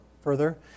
further